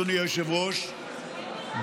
אדוני היושב-ראש,